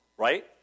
right